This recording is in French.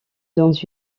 dans